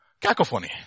Cacophony